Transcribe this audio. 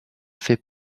fait